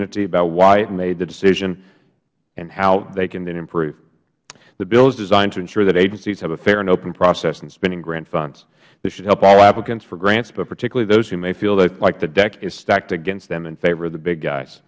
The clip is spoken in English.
entity about why it made the decision and how they can then improve the bill is designed to ensure that agencies have a fair and open process in spending grant funds this should help all applicants for grants but particularly for those who may feel that the deck is stacked against them in favor of the big guys